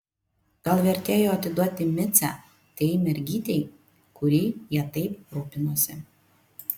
gal vertėjo atiduoti micę tai mergytei kuri ja taip rūpinosi